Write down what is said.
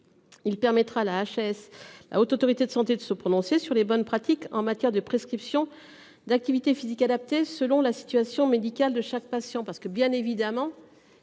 Il permettra la HAS. La Haute Autorité de Santé de se prononcer sur les bonnes pratiques en matière de prescription d'activité physique adaptée selon la situation médicale de chaque patient parce que bien évidemment.